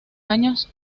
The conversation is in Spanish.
años